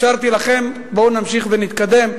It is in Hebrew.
אפשרתי לכם, בואו נמשיך ונתקדם.